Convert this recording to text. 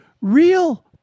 real